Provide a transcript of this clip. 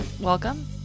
welcome